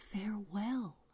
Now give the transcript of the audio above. farewell